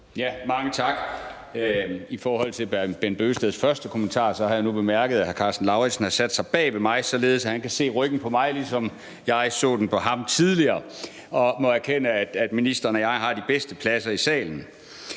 Mange tak. I forhold til hr. Bent Bøgsteds første kommentar har jeg nu bemærket, at hr. Karsten Lauritzen har sat sig bag ved mig, således at han kan se ryggen på mig, ligesom jeg så den på ham tidligere, og jeg må erkende, at ministeren og jeg har de bedste pladser i salen.